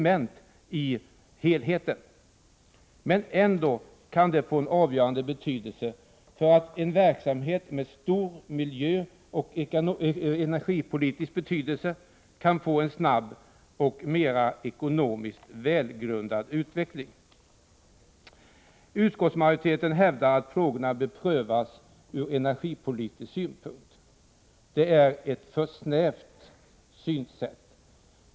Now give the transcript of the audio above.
Beredskapsaspekten kan ändå få en avgörande betydelse för att en verksamhet med stor miljöoch energipolitisk betydelse får en snabb och mer ekonomiskt välgrundad utveckling. Utskottsmajoriteten hävdar att frågorna bör prövas ur energipolitisk synpunkt. Detta är ett alltför snävt synsätt.